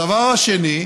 הדבר השני,